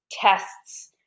tests